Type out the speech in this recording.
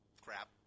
crap